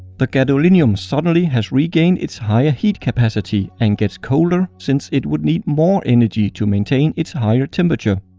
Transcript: the gadolinium suddenly has regained its higher heat capacity and gets colder since it would need more energy to maintain its higher temperature.